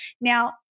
Now